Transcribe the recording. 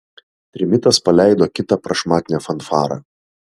trimitas paleido kitą prašmatnią fanfarą